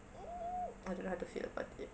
mm I don't know how to feel about it